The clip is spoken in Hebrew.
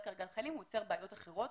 כרגע על חיילים אבל הוא יוצר בעיות אחרות